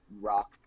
rock